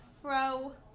throw